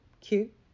cute